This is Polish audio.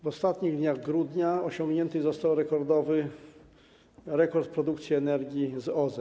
W ostatnich dniach grudnia osiągnięty został rekord w zakresie produkcji energii z OZE.